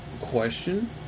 question